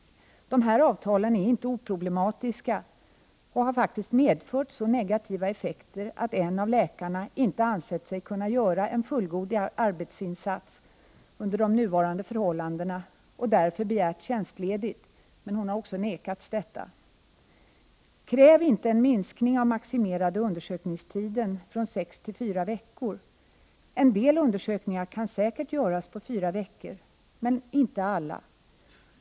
Dessa avtal är inte oproblematiska. De har faktiskt medfört så negativa effekter att en av läkarna inte ansett sig kunna göra en fullgod arbetsinsats under nuvarande förhållanden och därför begärt tjänstledigt. Hon har emellertid nekats detta. Man bör inte kräva en minskning av den maximerade undersökningstiden från sex till fyra veckor. En del undersökningar kan säkert göras på fyra veckor, men inte alla.